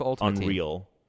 Unreal